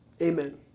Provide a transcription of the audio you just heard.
Amen